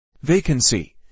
Vacancy